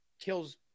kills